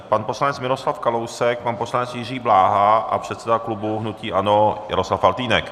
Pan poslanec Miroslav Kalousek, pan poslanec Jiří Bláha a předseda klubu hnutí ANO Jaroslav Faltýnek.